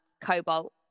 Cobalt